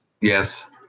yes